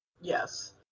yes